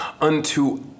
unto